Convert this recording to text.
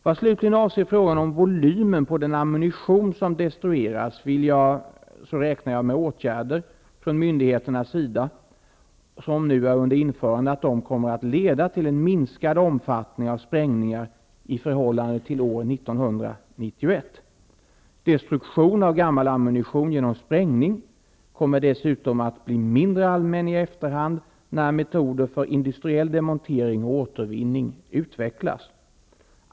Vad slutligen avser frågan om volymen på den ammunition som destrueras räknar jag med att åtgärder från myndigheternas sida som nu är under införande kommer att leda till en minskad omfattning av sprängningar i förhållande till år 1991. Destruktion av gammal ammunition genom sprängning kommer dessutom att bli mindre allmän efter hand när metoder för industriell demontering och återvinning utvecklas.